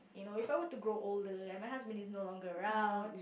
you know if I were to grow older and my husband is no longer around